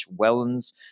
Wellens